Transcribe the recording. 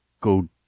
go